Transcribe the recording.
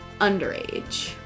underage